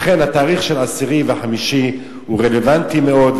לכן תאריך של 10 ו-5 הוא רלוונטי מאוד,